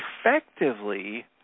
effectively